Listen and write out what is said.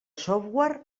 software